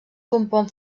compon